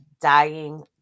Dying